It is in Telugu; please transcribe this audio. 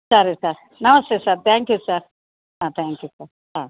సరే సార్ నమస్తే sir thank you sir thank you sir